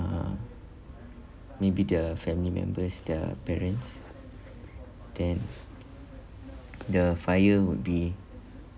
uh maybe the family members their parents then the fire would be